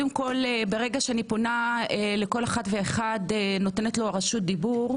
ברגע שאני פונה לכל אחד ונותנת את רשות הדיבור,